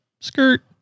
Skirt